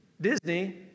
Disney